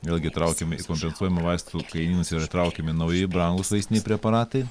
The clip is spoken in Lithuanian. vėlgi traukiami į kompensuojamų vaistų kainynus yra įtraukiami nauji brangūs vaistiniai preparatai